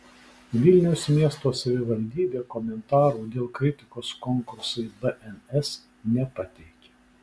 vilniaus miesto savivaldybė komentarų dėl kritikos konkursui bns nepateikė